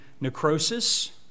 necrosis